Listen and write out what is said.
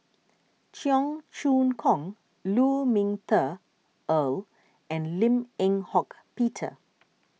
Cheong Choong Kong Lu Ming Teh Earl and Lim Eng Hock Peter